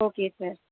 okay sir